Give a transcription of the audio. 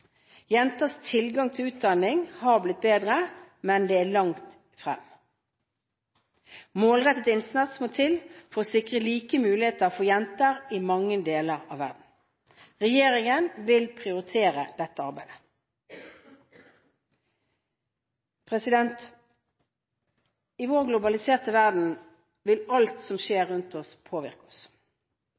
Jenters tilgang til utdanning har blitt bedre, men det er langt frem. Målrettet innsats må til for å sikre like muligheter for jenter i mange deler av verden. Regjeringen vil prioritere dette arbeidet. I vår globaliserte verden vil alt som skjer rundt oss, påvirke oss.